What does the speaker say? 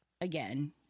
again